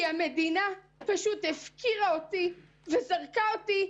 המדינה פשוט הפקירה אותי וזרקה אותי.